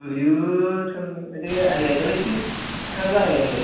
ഒരൂ ഒരു അയ്യായിരം വച്ചാണു പറയുന്നത്